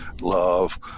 love